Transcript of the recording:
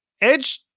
edge